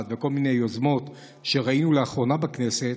וכל מיני יוזמות שראינו לאחרונה בכנסת,